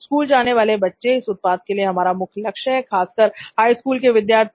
school जाने वाले बच्चे इस उत्पाद के लिए हमारा मुख्य लक्ष्य हैं शायद खासकर हाई स्कूल के विद्यार्थी